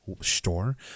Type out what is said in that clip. Store